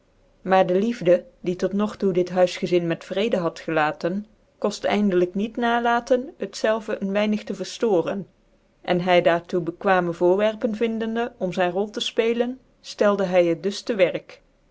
maar de liefde die tot nog toe dit huisgezin met vrede hul gelaten koft eindelijk niet nalaten het zelve een weinig te verllooren en hy iaat toe bck va ne voorwerpen vindende om ivn rol tc ipcelcn fteldc hy het dus te wcik